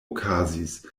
okazis